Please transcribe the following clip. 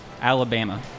Alabama